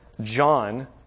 John